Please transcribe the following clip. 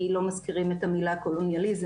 כי לא מזכירים את המילה קולוניאליזם,